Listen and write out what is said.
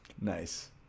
Nice